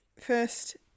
first